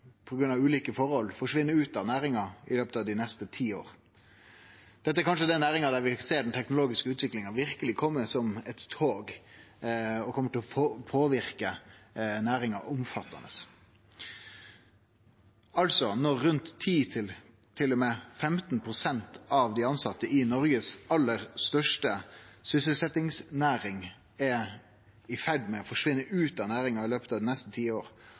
ulike forhold forsvinne ut av næringa i løpet av dei neste ti åra. Dette er kanskje den næringa der vi ser den teknologiske utviklinga verkeleg kome som eit tog, og det kjem til å ha omfattande påverknad på næringa. Når ca.10–15 pst. av dei tilsette i Noregs aller største næring er i ferd med å forsvinne ut av næringa i løpet av dei neste ti